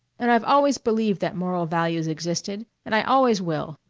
and i've always believed that moral values existed, and i always will.